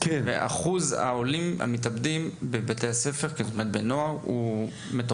ואחוז הנערים העולים המתאבדים בבתי הספר הוא מטורף.